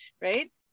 right